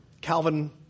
Calvin